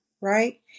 right